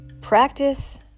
practice